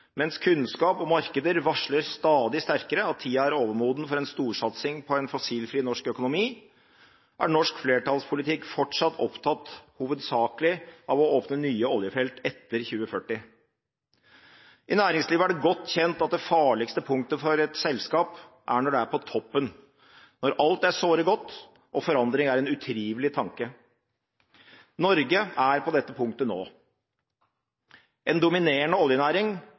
Mens kunnskap og markeder varsler stadig sterkere at tida er overmoden for en storsatsing på en fossilfri norsk økonomi, er norsk flertallspolitikk fortsatt opptatt – hovedsakelig – av å åpne nye oljefelt etter 2040. I næringslivet er det godt kjent at det farligste punktet for et selskap er når det er på toppen, når alt er såre godt, og forandring er en utrivelig tanke. Norge er på dette punktet nå. En dominerende oljenæring